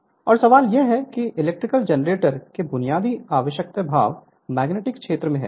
Refer Slide Time 0400 और सवाल यह है किइलेक्ट्रिकल जनरेटर के बुनियादी आवश्यक भाग मैग्नेटिक क्षेत्र में हैं